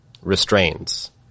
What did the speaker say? restraints